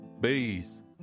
bees